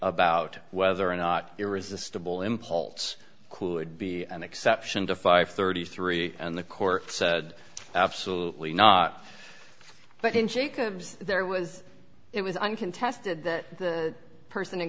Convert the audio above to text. about whether or not irresistible impulse could be an exception to five hundred and thirty three and the court said absolutely not but in jacobs there was it was uncontested that the person in